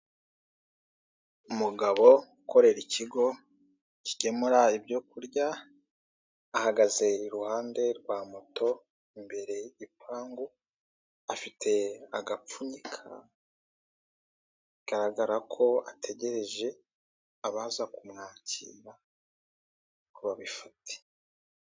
Umugabo ukorera ikigo kigemura ibyo kurya, ahagaze iruhande rwa moto imbere y'igipangu, afite agapfunyika bigaragara ko ategereje abaza kumwakira ngo babifate.